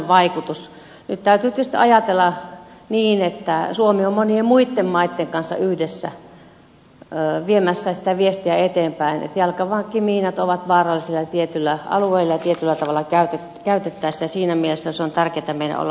nyt täytyy tietysti ajatella niin että suomi on monien muitten maitten kanssa yhdessä viemässä sitä viestiä eteenpäin että jalkaväkimiinat ovat vaarallisia tietyillä alueilla ja tietyllä tavalla käytettäessä ja siinä mielessä on tärkeätä meidän olla siinä mukana